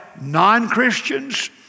non-Christians